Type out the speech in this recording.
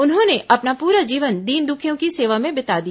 उन्होंने अपना पूरा जीवन दीन दुखियों की सेवा में बिता दिया